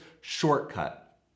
shortcut